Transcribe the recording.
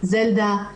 זלדה,